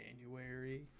january